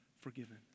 forgiven